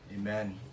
Amen